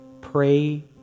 pray